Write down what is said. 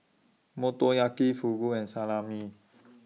Motoyaki Fugu and Salami